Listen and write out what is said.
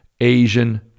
Asian